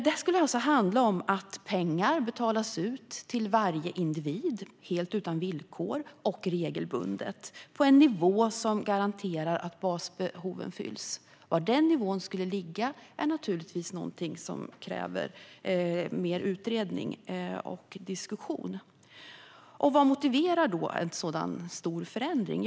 Det skulle alltså handla om att pengar regelbundet och utan villkor betalas ut till varje individ på en nivå som garanterar att basbehoven fylls. Var den nivån skulle ligga är naturligtvis någonting som kräver mer utredning och diskussion. Vad motiverar då en sådan stor förändring?